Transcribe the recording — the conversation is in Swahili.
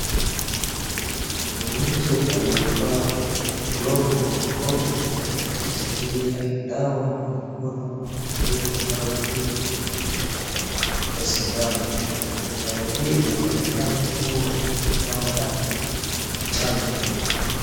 Ni mtu alieyevaa glovu kwa mkono akishikilia dawa kwa mkono na kuvuruta dawa hiyo kwa sindano. Dawa hii inaonekana kuwa ni dawa ya chanjo.